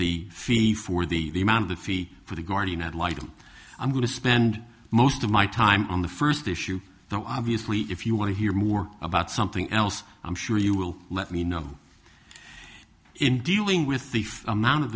the feel for the amount of the fee for the guardian ad litum i'm going to spend most of my time on the first issue though obviously if you want to hear more about something else i'm sure you will let me know in dealing with the amount of